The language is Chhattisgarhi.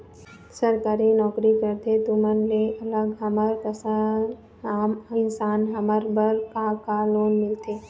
सरकारी नोकरी करथे तुमन ले अलग हमर कस आम इंसान हमन बर का का लोन मिलथे?